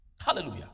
Hallelujah